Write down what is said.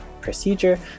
procedure